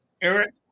Eric